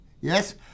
yes